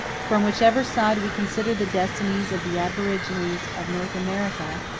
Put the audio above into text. from whichever side we consider the destinies of the aborigines of north america,